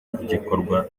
ry’igikorwa